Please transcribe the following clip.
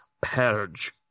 purge